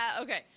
Okay